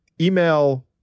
email